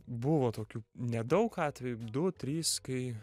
buvo tokių nedaug atvejų du trys kai